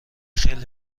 خیلی